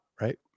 Right